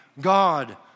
God